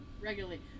regularly